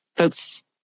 Folks